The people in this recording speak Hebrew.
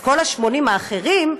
אז כל ה-80% האחרים,